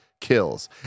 kills